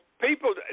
people